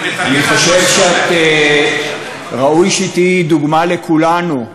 אני חושב שראוי שתהיי דוגמה לכולנו.